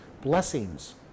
blessings